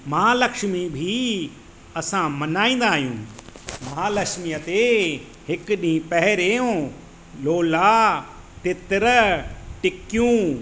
महालक्ष्मी बि असां मनाईंदा आहियूं महालक्ष्मीअ ते हिकु ॾींहुं पहिरियों लोला तितर टिकियूं